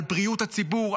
על בריאות הציבור,